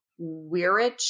Weirich